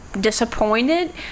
disappointed